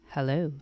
Hello